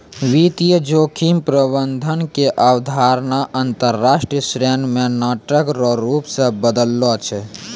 वित्तीय जोखिम प्रबंधन के अवधारणा अंतरराष्ट्रीय क्षेत्र मे नाटक रो रूप से बदललो छै